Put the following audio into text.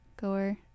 goer